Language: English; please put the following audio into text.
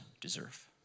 deserve